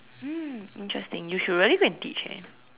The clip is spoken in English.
mm interesting you should really go and teach eh